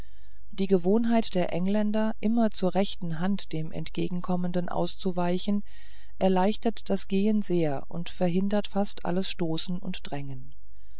die gewohnheit der engländer immer zur rechten hand dem entgegenkommenden auszuweichen erleichtert das gehen sehr und verhindert fast alles stoßen und drängen